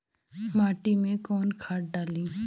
माटी में कोउन खाद डाली?